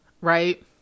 right